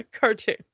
Cartoon